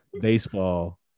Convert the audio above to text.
baseball